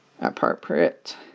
appropriate